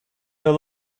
the